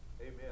Amen